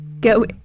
go